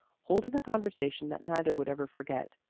holding a conversation that neither would ever forget.